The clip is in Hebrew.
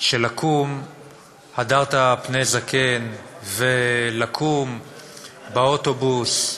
שהדרת פני זקן, ולקום באוטובוס,